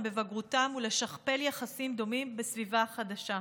בבגרותם ולשכפל יחסים דומים בסביבה חדשה: